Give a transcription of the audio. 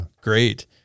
great